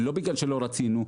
ולא בגלל שלא רצינו,